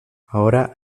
ahora